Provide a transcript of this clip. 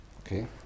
Okay